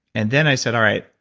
and then i said, all right.